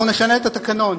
אנחנו נשנה את התקנון.